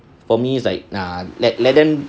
for me it's like let let them